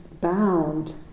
bound